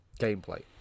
gameplay